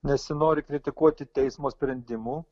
nesinori kritikuoti teismo sprendimų